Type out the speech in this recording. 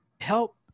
help